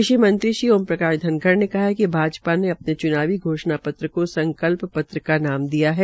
कृषि मंत्री ओम प्रकाश धनखड़ ने कहा कि भाजपा ने अपने च्नावी घोषणापत्र को संकल्प पत्र का नाम दिया है